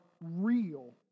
real